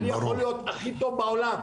אני יכול להיות הכי טוב בעולם,